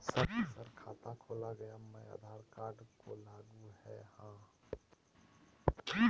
Sir खाता खोला गया मैं आधार कार्ड को लागू है हां?